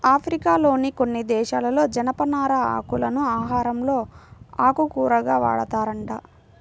ఆఫ్రికాలోని కొన్ని దేశాలలో జనపనార ఆకులను ఆహారంలో ఆకుకూరగా వాడతారంట